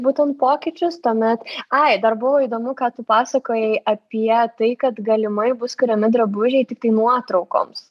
būtum pokyčius tuomet ai dar buvo įdomu ką tu pasakojai apie tai kad galimai bus kuriami drabužiai tiktai nuotraukoms